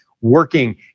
working